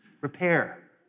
Repair